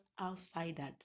outsiders